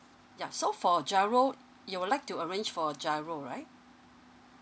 yeah so for giro you would like to arrange for giro right